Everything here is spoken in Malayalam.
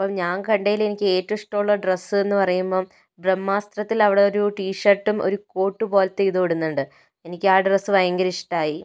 അപ്പം ഞാന് കണ്ടത്തില് എനിക്ക് ഏറ്റവും ഇഷ്ടമുള്ള ഡ്രസ്സ് എന്ന് പറയുമ്പം ബ്രഹ്മാസ്ത്രത്തില് അവിടെ ഒരു ടീഷര്ട്ടും ഒരു കോട്ട് പോലത്തെ ഇതും ഇടുന്നുണ്ട് എനിക്ക് ആ ഡ്രസ്സ് ഭയങ്കര ഇഷ്ടമായി